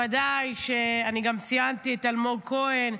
ודאי שאני גם ציינתי את אלמוג כהן,